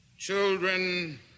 Children